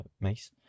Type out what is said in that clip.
Mace